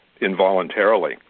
involuntarily